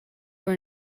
for